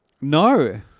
No